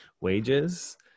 wages